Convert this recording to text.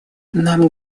нам